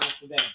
today